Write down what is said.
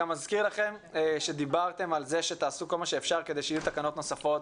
מזכיר לכם שדיברתם על זה שתעשו כל מה שאפשר כדי שיהיו תקנות נוספות.